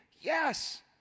yes